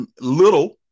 little